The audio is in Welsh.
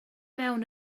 fewn